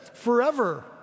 forever